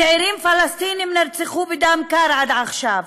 צעירים פלסטינים נרצחו בדם קר עד עכשיו,